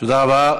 תודה רבה.